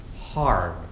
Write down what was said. hard